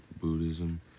buddhism